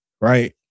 right